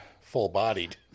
Full-bodied